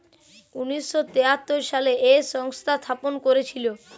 উনিশ শ তেয়াত্তর সালে এই সংস্থা স্থাপন করেছিল